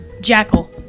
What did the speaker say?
Jackal